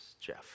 Jeff